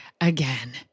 again